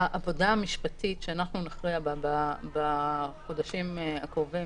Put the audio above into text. העבודה המשפטית שאנחנו נכריע בה בחודשים הקרובים,